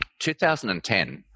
2010